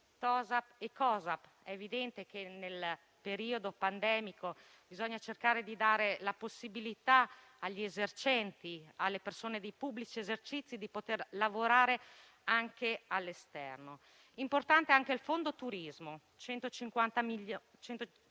TOSAP e COSAP: è evidente che nel periodo pandemico bisogna cercare di dare la possibilità agli esercenti e ai conduttori di pubblici esercizi di lavorare anche all'esterno. È importante anche il fondo turismo, con 150 milioni,